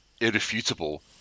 irrefutable